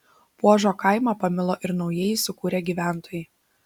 puožo kaimą pamilo ir naujai įsikūrę gyventojai